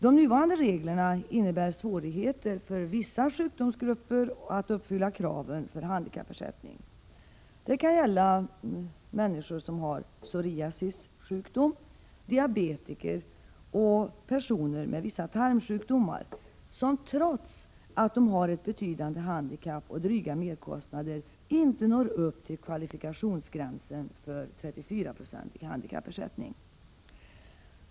De nuvarande reglerna innebär svårigheter för vissa sjukdomsgrupper att uppfylla kraven för handikappersättning. Det kan gälla människor som har psoriasis, diabetes och vissa tarmsjukdomar. Trots att de har ett betydande handikapp och dryga merkostnader når de inte upp till de kvalifikationsgränser som berättigar till en 34-procentig handikappersättning.